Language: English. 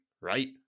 right